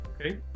Okay